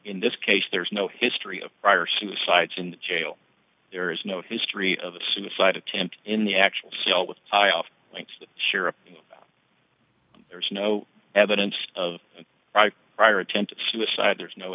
in this case there's no history of prior suicides in jail there is no history of a suicide attempt in the actual cell with high off links sure there's no evidence of prior attempted suicide there's no